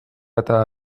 eta